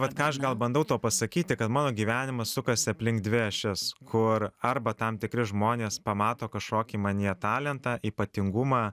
vat ką aš gal bandau tau pasakyti kad mano gyvenimas sukasi aplink dvi ašis kur arba tam tikri žmonės pamato kažkokį manyje talentą ypatingumą